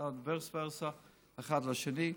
vice versa אחד לשני,